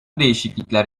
değişiklikler